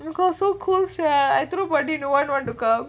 you go so cool so I throw party no one want to come